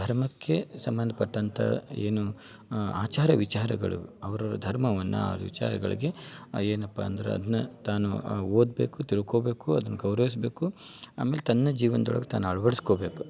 ಧರ್ಮಕ್ಕೆ ಸಂಬಂಧ್ಪಟ್ಟಂಥ ಏನು ಆಚಾರ ವಿಚಾರಗಳು ಅವ್ರವ್ರ ಧರ್ಮವನ್ನ ಅವ್ರ ವಿಚಾರಗಳಿಗೆ ಏನಪ್ಪ ಅಂದ್ರೆ ಅದನ್ನ ತಾನು ಆ ಓದಬೇಕು ತಿಳ್ಕೋಬೇಕು ಅದನ್ನ ಗೌರವಿಸಬೇಕು ಆಮೇಲೆ ತನ್ನ ಜೀವನ್ದೊಳಗೆ ತಾನು ಅಳವಡ್ಸ್ಕೊಬೇಕು